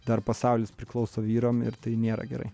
dar pasaulis priklauso vyram ir tai nėra gerai